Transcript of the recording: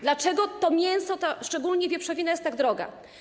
Dlaczego to mięso, szczególnie wieprzowina, jest tak drogie?